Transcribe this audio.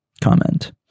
comment